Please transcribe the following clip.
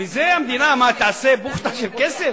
מזה המדינה, מה, תעשה בוחטה של כסף?